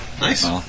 nice